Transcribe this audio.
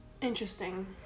interesting